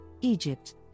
Egypt